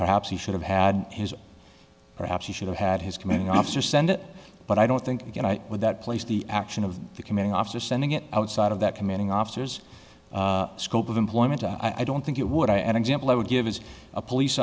perhaps he should have had his perhaps he should have had his commanding officer send it but i don't think again i would that place the action of the commanding officer sending it outside of that commanding officers scope of employment i don't think you would i an example i would give is a police